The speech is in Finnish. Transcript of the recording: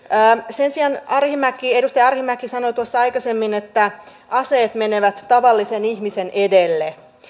sen sijaan edustaja arhinmäki sanoi aikaisemmin että aseet menevät tavallisen ihmisen edelle